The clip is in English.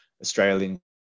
Australian